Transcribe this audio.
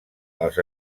els